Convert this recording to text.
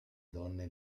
donne